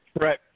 Right